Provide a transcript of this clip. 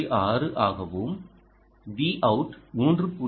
6 ஆகவும் VOUT 3